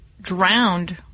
drowned